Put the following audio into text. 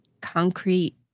Concrete